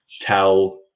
tell